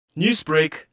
Newsbreak